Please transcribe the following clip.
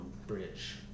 bridge